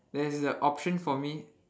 there's a option for me